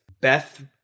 Beth